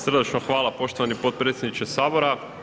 Srdačno hvala poštovani potpredsjedniče Sabora.